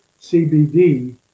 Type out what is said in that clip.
CBD